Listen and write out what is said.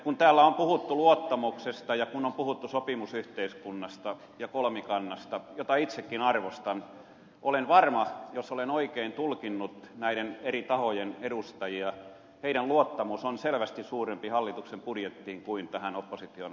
kun täällä on puhuttu luottamuksesta ja kun on puhuttu sopimusyhteiskunnasta ja kolmikannasta jota itsekin arvostan olen varma jos olen oikein tulkinnut näiden eri tahojen edustajia että heidän luottamuksensa on selvästi suurempi hallituksen budjettiin kuin opposition vaihtoehtobudjettia kohtaan